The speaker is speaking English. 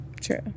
True